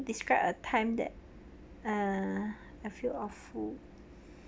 describe a time that uh a few awful